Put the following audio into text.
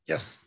Yes